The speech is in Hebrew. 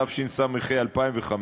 התשס"ה 2005,